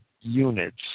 units